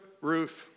Ruth